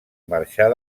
marxar